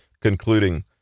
concluding